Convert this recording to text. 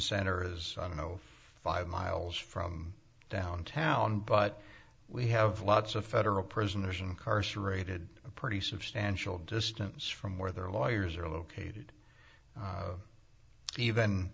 center is i don't know five miles from downtown but we have lots of federal prisoners incarcerated a pretty substantial distance from where their lawyers are located